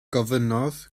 gofynnodd